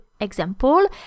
example